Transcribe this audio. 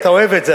אתה אוהב את זה,